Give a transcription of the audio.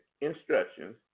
instructions